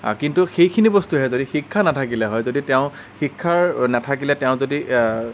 কিন্তু সেইখিনি বস্তুহে যদি শিক্ষা নাথাকিলে হয় যদি তেওঁ শিক্ষাৰ নাথাকিলে তেওঁ যদি